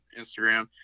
Instagram